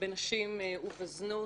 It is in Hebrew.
בנשים ובזנות,